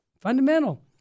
Fundamental